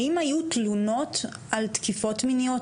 האם היו תלונות על תקיפות מיניות,